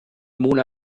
mona